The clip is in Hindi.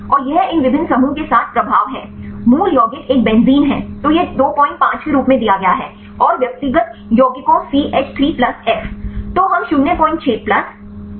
और यह इन विभिन्न समूहों के साथ प्रभाव है मूल यौगिक एक बेंजीन है तो यह 25 के रूप में दिया गया है और व्यक्तिगत यौगिकों सीएच 3 प्लस एफ